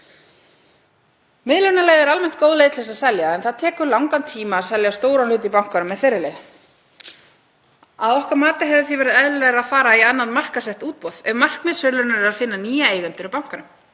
Miðlunarleið er almennt góð leið til að selja en það tekur langan tíma að selja stóran hlut í bankanum með henni. Að okkar mati hefði verið eðlilegra að fara í annað markaðssett útboð ef markmið sölunnar er að finna nýja eigendur að bankanum.